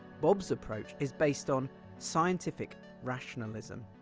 bob's approach is based on scientific rationalism.